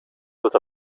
with